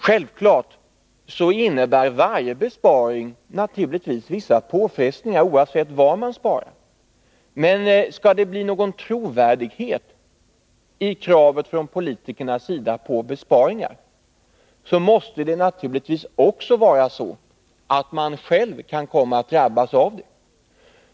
Självfallet innebär varje besparing vissa påfrestningar, oavsett var man sparar, men skall det bli någon trovärdighet i kravet från politikernas sida på besparingar, måste man naturligtvis också själv vara beredd på att man kan komma att drabbas av dem.